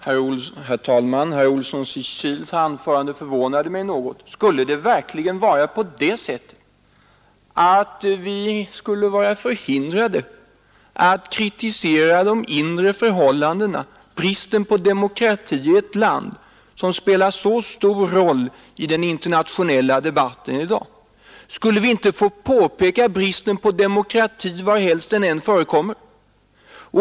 Herr talman! Herr Olssons i Kil anförande förvånar mig något. Skulle vi verkligen vara förhindrade att kritisera de inre förhållandena, bristen på demokrati i ett land som spelar så stor roll i den internationella debatten i dag? Skulle vi inte få påpeka bristen på demokrati var den än förekommer?